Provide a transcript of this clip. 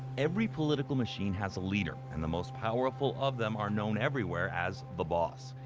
every political machine has a leader and the most powerful of them are known everywhere as the boss.